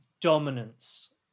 dominance